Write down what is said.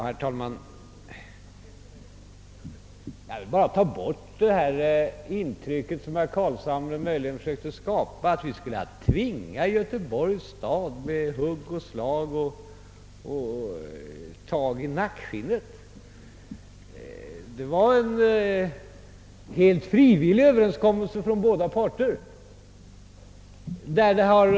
Herr talman! Jag vill bara ta bort det intryck, som herr Carlshamre möjligen försökte skapa, att vi skulle ha tvingat Göteborgs stad med hugg och slag och tag i nackskinnet. Det var en överenskommelse som båda parter träffade helt frivilligt.